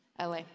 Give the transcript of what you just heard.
LA